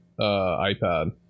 iPad